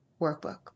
workbook